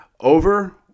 Over